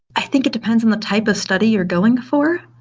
i think it depends on the type of study you're going for.